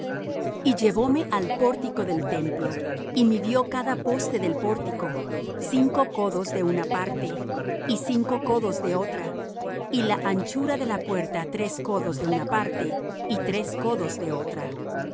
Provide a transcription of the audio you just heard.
y llevóme al pórtico del templo y midió cada poste del pórtico cinco codos de una parte y cinco codos de otra y la anchura de la puerta tres codos de una parte y tres codos de otra